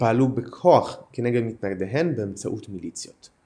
שפעלו בכוח נגד מתנגדיהן באמצעות מיליציות.